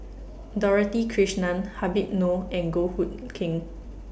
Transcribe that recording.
Dorothy Krishnan Habib Noh and Goh Hood Keng